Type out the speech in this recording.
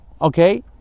okay